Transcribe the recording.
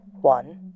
One